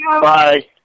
Bye